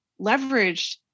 leveraged